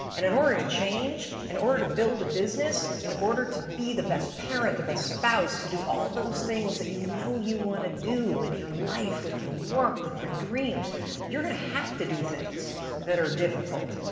and in order to change, in order to build a business, in order to be the best parent, the best spouse to do all those things that you know you want to do with your life, with your work, with your dreams you are going to have to do things that are difficult,